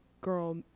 girl